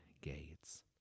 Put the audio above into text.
gates